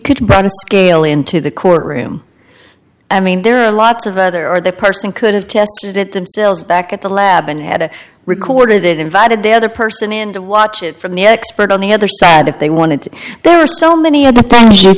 could run a scale into the courtroom i mean there are lots of other are there person could have tested it themselves back at the lab and had a record of it invited the other person in to watch it from the expert on the other side if they wanted to there are so many of the things you